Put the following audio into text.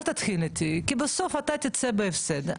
אל תתחיל איתי כי בסוף אתה תצא בהפסד,